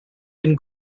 and